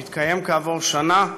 שהתקיים כעבור שנה,